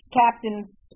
captains